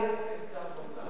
סליחה שאני מפריע.